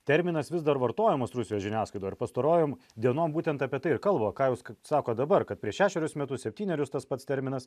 terminas vis dar vartojamas rusijos žiniasklaidoj ir pastarojom dienom būtent apie tai ir kalba ką jūs ką sako dabar kad prieš šešerius metus septynerius tas pats terminas